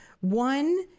One